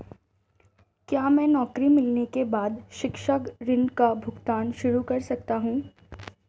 क्या मैं नौकरी मिलने के बाद शिक्षा ऋण का भुगतान शुरू कर सकता हूँ?